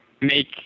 make